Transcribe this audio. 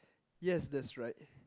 yes that's right